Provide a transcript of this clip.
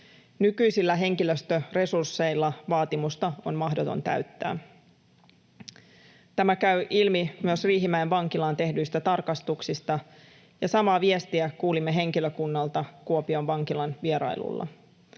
Nykyisillä henkilöstöresursseilla vaatimusta on mahdoton täyttää. Tämä käy ilmi myös Riihimäen vankilaan tehdyistä tarkastuksista, ja samaa viestiä kuulimme henkilökunnalta Kuopion vankilan vierailulla.